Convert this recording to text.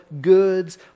goods